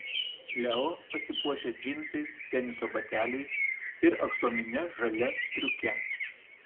leo pasipuošia džinsais teniso bateliais ir aksomine žalia striuke